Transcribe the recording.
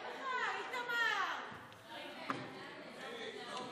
להעביר את הצעת החוק המרכז לגביית קנסות,